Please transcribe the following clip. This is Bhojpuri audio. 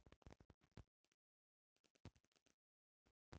बिहार में लिची के खूब बागवानी होला